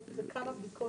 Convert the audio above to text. זה כמה בדיקות.